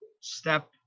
step